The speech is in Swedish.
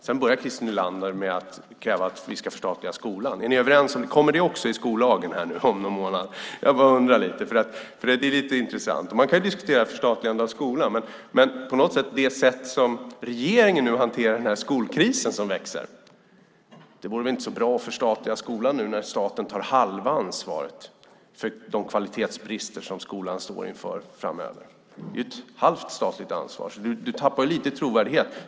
Sedan börjar Christer Nylander med att kräva att vi ska förstatliga skolan. Kommer det också i skollagen nu om någon månad? Jag bara undrar, för det är lite intressant. Man kan ju diskutera förstatligande av skolan, men med det sätt som regeringen nu hanterar den här växande skolkrisen på vore det väl inte så bra att förstatliga skolan nu när staten tar halva ansvaret för de kvalitetsbrister som skolan står inför framöver! Det är ju ett halvt statligt ansvar, så du tappar lite i trovärdighet.